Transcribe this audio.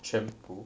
全部